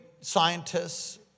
scientists